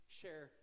share